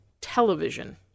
television